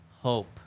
hope